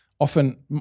Often